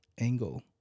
angle